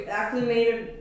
acclimated